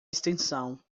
extensão